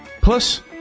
Plus